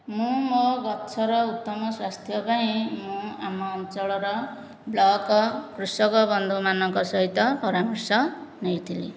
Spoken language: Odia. ମୁଁ ମୋ ଗଛର ଉତ୍ତମ ସ୍ୱାସ୍ଥ୍ୟ ପାଇଁ ମୁଁ ଆମ ଅଞ୍ଚଳର ବ୍ଲକ କୃଷକ ବନ୍ଧୁମାନଙ୍କ ସହିତ ପରାମର୍ଶ ନେଇଥିଲି